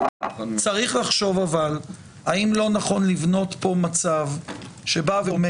אבל צריך לחשוב האם לא נכון לבנות פה מצב שאומר